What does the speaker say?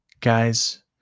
Guys